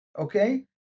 Okay